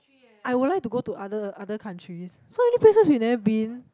I would like to go to other other countries so any places we never been